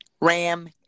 Ram